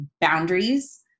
boundaries